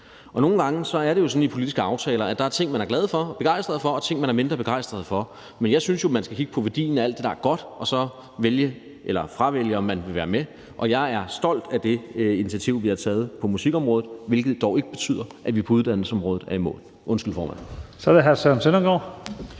Nogle gange er det jo sådan i politiske aftaler, at der er ting, man er glad for og begejstret for, og ting, man er mindre begejstret for. Men jeg synes jo, at man skal kigge på værdien af alt det, der er godt, og så vælge eller fravælge at være med. Og jeg er stolt af det initiativ, vi har taget på musikområdet, hvilket dog ikke betyder, at vi på uddannelsesområdet er i mål. Kl. 14:54 Første næstformand